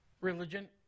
Religion